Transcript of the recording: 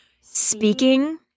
speaking